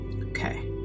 Okay